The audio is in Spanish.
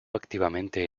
activamente